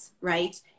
right